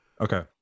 Okay